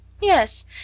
Yes